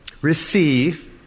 receive